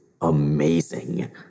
amazing